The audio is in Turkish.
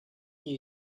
iyi